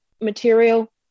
material